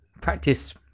practice